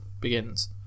Begins